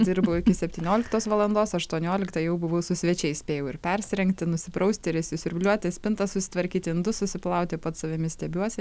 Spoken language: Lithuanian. dirbu iki septynioliktos valandos aštuonioliktą jau buvau su svečiais spėjau ir persirengti nusiprausti ir išsisiurbliuoti spintą susitvarkyti indus susiplauti pats savimi stebiuosi